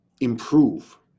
improve